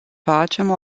facem